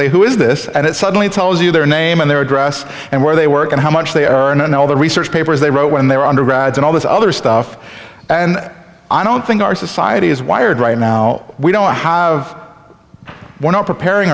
say who is this and it suddenly tells you their name and their address and where they work and how much they are and all the research papers they wrote when they were undergrads and all this other stuff and i don't think our society is wired right now we don't have we're not preparing